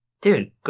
Dude